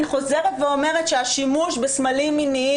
אני חוזרת ואומרת שהשימוש בסמלים מיניים